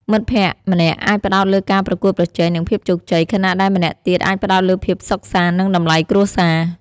មិត្តភក្តិម្នាក់អាចផ្តោតលើការប្រកួតប្រជែងនិងភាពជោគជ័យ ខណៈដែលម្នាក់ទៀតអាចផ្តោតលើភាពសុខសាន្តនិងតម្លៃគ្រួសារ។